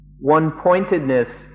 One-pointedness